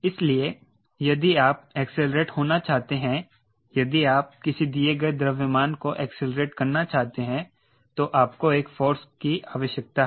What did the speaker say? इसलिए यदि आप एक्सेलेरेट होना चाहते हैं यदि आप किसी दिए गए द्रव्यमान को एक्सेलेरेट करना चाहते हैं तो आपको एक फोर्स की आवश्यकता है